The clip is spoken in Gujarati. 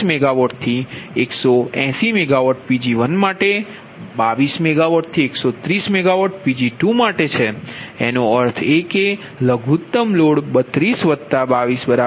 તે 32MW ≤ PG1 ≤ 180MWઅને 22MW ≤ Pg2 ≤ 130MWછે એનો અર્થ છે લઘુત્તમ લોડ 32 22 54MW હશે